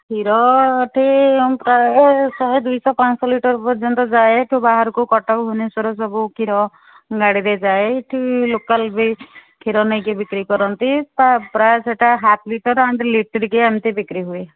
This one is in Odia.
କ୍ଷୀର ଏଇଠି ପ୍ରାୟେ ଶହେ ଦୁଇଶହ ପାଞ୍ଚଶହ ଲିଟର୍ ପର୍ଯ୍ୟନ୍ତ ଯାଏ ଏଇଠୁ ବାହାରକୁ କଟକ ଭୁବନେଶ୍ୱର ସବୁ କ୍ଷୀର ଗାଡ଼ିରେ ଯାଏ ଏଇଠି ଲୋକାଲ୍ ବି କ୍ଷୀର ନେଇକି ବିକ୍ରି କରନ୍ତି ପା ପ୍ରାୟ ସେଇଟା ହାଫ୍ ଲିଟର୍ ଆଣ୍ଡ୍ ଲିଟିରିକିଆ ଏମିତି ବିକ୍ରି ହୁଏ